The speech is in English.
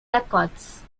records